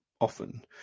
often